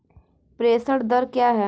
प्रेषण दर क्या है?